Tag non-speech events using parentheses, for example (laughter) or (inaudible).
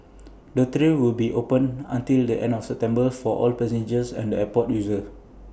(noise) the trail will be open until the end of September for all passengers and airport users